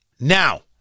Now